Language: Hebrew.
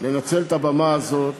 לנצל את הבמה הזאת